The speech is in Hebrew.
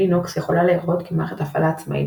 לינוקס יכולה להיראות כמערכת הפעלה עצמאית,